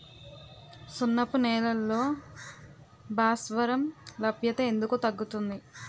సున్నపు నేలల్లో భాస్వరం లభ్యత ఎందుకు తగ్గుతుంది?